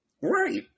Right